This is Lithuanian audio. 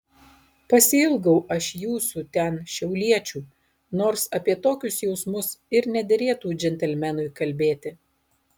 pasiilgau aš jūsų ten šiauliečių nors apie tokius jausmus ir nederėtų džentelmenui kalbėti